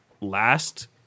last